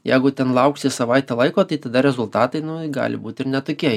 jeigu ten lauksi savaitę laiko tai tada rezultatai gali būt ir ne tokie